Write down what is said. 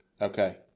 Okay